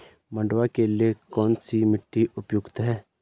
मंडुवा के लिए कौन सी मिट्टी उपयुक्त है?